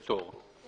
פטור);